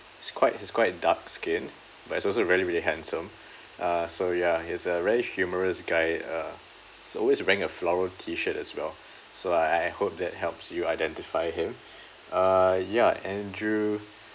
he's quite he's quite dark skinned but he's also really really handsome uh so ya he's a very humorous guy uh he's always wearing a floral T shirt as well so I I hope that helps you identify him uh ya andrew